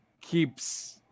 keeps